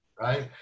right